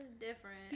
different